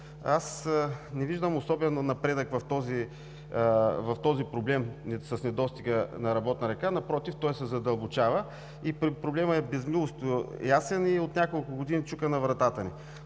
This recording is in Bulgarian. аз не виждам особен напредък в проблема с недостига на работна ръка, напротив, той се задълбочава. Проблемът е безмилостно ясен и от няколко години чука на вратата ни.